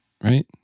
Right